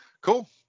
Cool